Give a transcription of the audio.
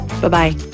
Bye-bye